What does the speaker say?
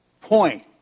Point